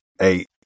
eight